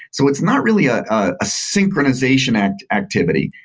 so it's not really a ah synchronization and activity.